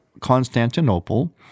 Constantinople